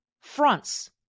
fronts